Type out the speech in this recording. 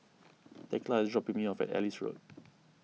thekla is dropping me off at Ellis Road